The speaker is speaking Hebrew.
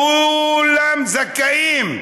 כו-לם זכאים?